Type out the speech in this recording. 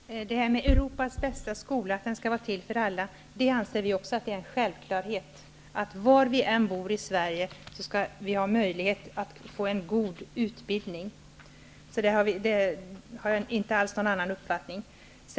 Herr talman! Att Europas bästa skola skall vara till för alla -- det anser vi också vara en självklarhet. Var vi än bor i Sverige skall vi ha möjlighet att få en god utbildning. Därvidlag har jag inte alls någon annan uppfattning.